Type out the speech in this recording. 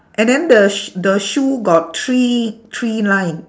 and then the sh~ the shoe got three three line